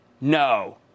No